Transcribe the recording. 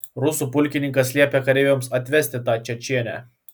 rusų pulkininkas liepė kareiviams atvesti tą čečėnę